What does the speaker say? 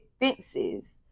fences